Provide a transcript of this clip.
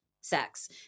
sex